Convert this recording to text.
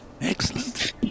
Excellent